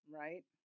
right